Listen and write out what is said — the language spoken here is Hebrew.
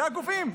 זה הגופים.